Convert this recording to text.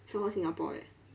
some more singapore eh